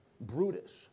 Brutish